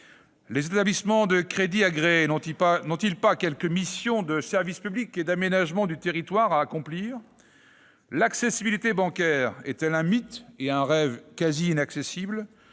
Les établissements de crédit agréés n'ont-ils pas quelques missions de service public et d'aménagement du territoire à accomplir ? L'accessibilité bancaire est-elle un mythe et un rêve quasi inaccessible ?